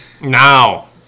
Now